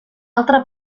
altra